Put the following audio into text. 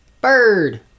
Bird